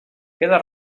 queda